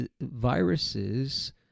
viruses